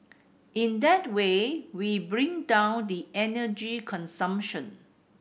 in that way we bring down the energy consumption